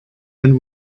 and